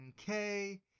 okay